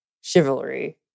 chivalry